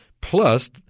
plus